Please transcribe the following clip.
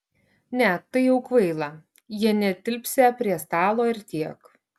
ne tai jau kvaila jie netilpsią prie stalo ir tiek